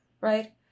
right